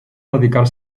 dedicar